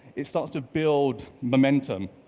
it starts to build momentum.